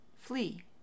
Flee